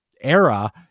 era